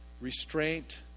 restraint